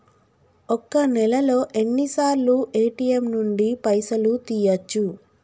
ఒక్క నెలలో ఎన్నిసార్లు ఏ.టి.ఎమ్ నుండి పైసలు తీయచ్చు?